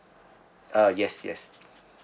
uh yes yes